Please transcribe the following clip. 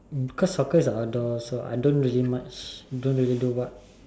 um because soccer is outdoor so I don't really much don't really do what